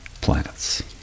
Planets